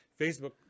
facebook